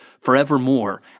forevermore